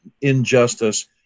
injustice